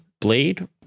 Blade